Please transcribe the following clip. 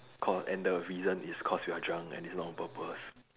cause and the reason is cause we are drunk and it's not on purpose